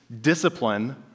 discipline